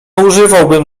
używałabym